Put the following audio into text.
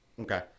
Okay